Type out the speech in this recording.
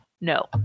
no